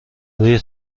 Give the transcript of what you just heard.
روی